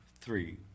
three